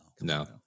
no